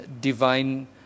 divine